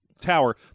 tower